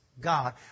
God